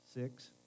Six